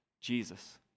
Jesus